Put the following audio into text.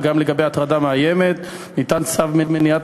גם לגבי הטרדה מאיימת: ניתן צו מניעת